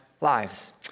lives